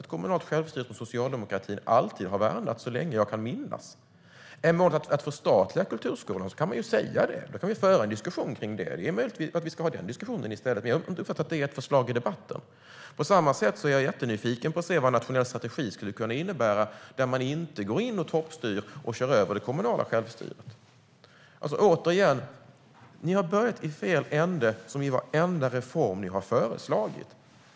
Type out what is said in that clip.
Socialdemokratin har alltid värnat det kommunala självstyret så länge jag kan minnas. Om målet är att förstatliga kulturskolan kan man säga det. Då kan vi föra en diskussion om den saken. Det är möjligt att vi ska ha den diskussionen i stället. Jag har inte uppfattat att det är ett förslag i debatten. På samma sätt är jag nyfiken på vad en nationell strategi kan innebära där man inte toppstyr och kör över det kommunala självstyret. Ni har börjat i fel ände i varenda reform ni har föreslagit.